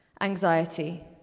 Anxiety